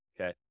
Okay